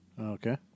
Okay